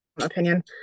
opinion